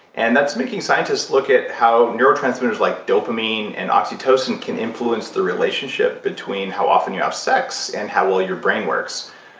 and that's making scientists look at how neurotransmitters like dopamine and oxytocin can influence the relationship between how often you have sex and how well your brain works.